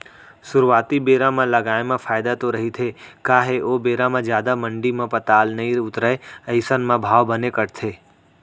सुरुवाती बेरा म लगाए म फायदा तो रहिथे काहे ओ बेरा म जादा मंडी म पताल नइ उतरय अइसन म भाव बने कटथे